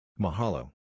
Mahalo